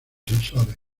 sensores